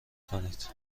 کنید